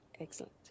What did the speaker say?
Excellent